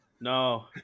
No